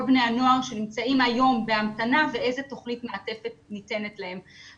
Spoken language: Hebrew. בני הנוער שנמצאים היום בהמתנה ואיזה תוכנית מעטפת ניתנת להם.